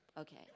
Okay